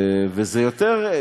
וזה יותר.